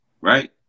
right